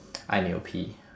I need to pee